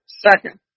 Second